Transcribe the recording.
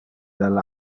del